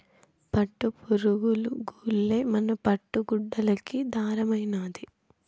పట్టుపురుగులు గూల్లే మన పట్టు గుడ్డలకి దారమైనాది